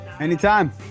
Anytime